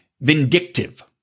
vindictive